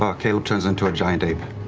um caleb turns into a giant ape.